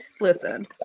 listen